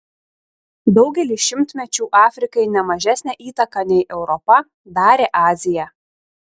daugelį šimtmečių afrikai ne mažesnę įtaką nei europa darė azija